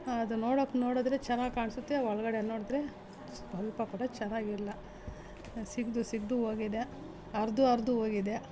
ಅದು ನೋಡೋಕ್ಕೆ ನೋಡಿದ್ರೆ ಚೆನ್ನಾಗಿ ಕಾಣಿಸುತ್ತೆ ಒಳಗಡೆ ನೋಡಿದ್ರೆ ಸ್ವಲ್ಪ ಕೂಡ ಚೆನ್ನಾಗಿಲ್ಲ ಸಿಗಿದು ಸಿಗಿದು ಹೋಗಿದೆ ಹರ್ದು ಹರ್ದು ಹೋಗಿದೆ